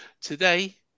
Today